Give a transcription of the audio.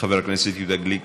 חבר הכנסת יהודה גליק,